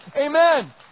Amen